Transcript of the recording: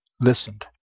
listened